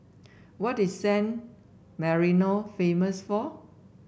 what is San Marino famous for